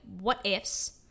what-ifs